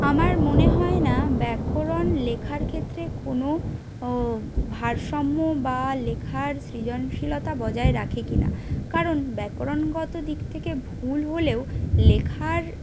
আমার মনে হয় না ব্যাকরণ লেখার ক্ষেত্রে কোনো ভারসাম্য বা লেখার সৃজনশীলতা বজায় রাখে কিনা কারণ ব্যাকরণগত দিক থেকে ভুল হলেও লেখার